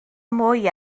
mwy